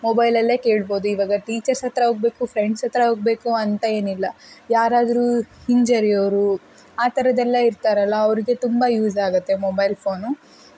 ಮೊಬೈಲಲ್ಲೇ ಕೇಳ್ಬೋದು ಇವಾಗ ಟೀಚರ್ಸ್ ಹತ್ರ ಹೋಗ್ಬೇಕು ಫ್ರೆಂಡ್ಸ್ ಹತ್ತಿರ ಹೋಗ್ಬೇಕು ಅಂತ ಏನಿಲ್ಲ ಯಾರಾದರೂ ಹಿಂಜರಿಯವವ್ರು ಆ ಥರದ್ದೆಲ್ಲ ಇರ್ತಾರಲ್ವ ಅವರಿಗೆ ತುಂಬ ಯೂಸಾಗುತ್ತೆ ಮೊಬೈಲ್ ಫೋನು